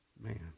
man